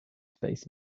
space